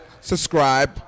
Subscribe